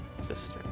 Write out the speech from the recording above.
sister